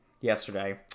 Yesterday